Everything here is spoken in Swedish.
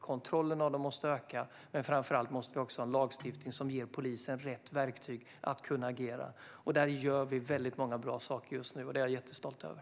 Kontrollen av dem måste öka, men framför allt måste vi ha lagstiftning som ger polisen rätt verktyg för att kunna agera. Där gör vi många bra saker just nu, och det är jag jättestolt över.